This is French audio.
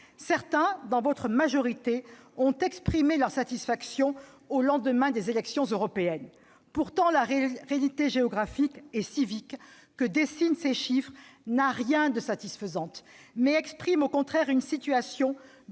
Certains, dans votre majorité, ont exprimé leur satisfaction au lendemain des élections européennes. Pourtant, la réalité géographique et civique que dessinent les chiffres n'a rien de satisfaisant : elle exprime, au contraire, une situation dont